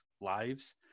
lives